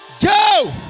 Go